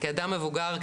כאדם מבוגר,